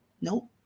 nope